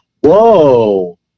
whoa